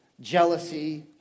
jealousy